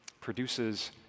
produces